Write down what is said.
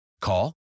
Call